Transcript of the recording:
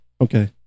okay